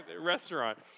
Restaurant